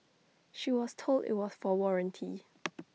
she was told IT was for warranty